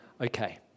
Okay